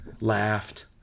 laughed